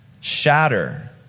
shatter